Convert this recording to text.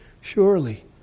Surely